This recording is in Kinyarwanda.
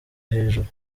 hejuru